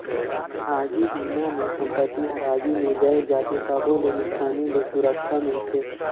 आगी बिमा मे संपत्ति हर आगी मे जईर जाथे तबो ले नुकसानी ले सुरक्छा मिलथे